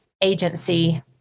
agency